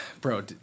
Bro